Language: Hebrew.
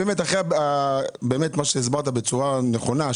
אחרי מה שהסברת בצורה נכונה,